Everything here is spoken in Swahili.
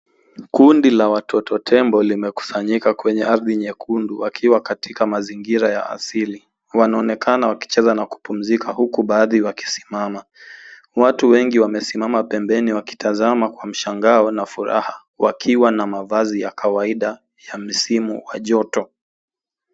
Kundi la watoto tembo limekusanyika kwenye ardhi nyekundu wakiwa katika mazingira ya asili. Wanaonekana wakicheza na kupumzika huku baadhi wakisimama. Watu wengi wamesimama pembeni wakitazama kwa mshangao na furaha wakiwa na mavazi ya kawaida ya msimu wa joto.